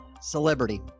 celebrity